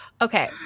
Okay